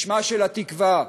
בשמה של התקווה,